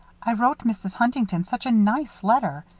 i wrote mrs. huntington such a nice letter.